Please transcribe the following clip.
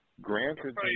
granted